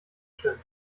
stimmen